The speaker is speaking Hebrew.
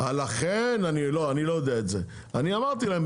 לכן אני אמרתי להם,